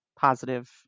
positive